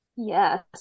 Yes